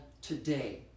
today